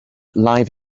live